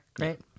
right